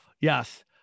Yes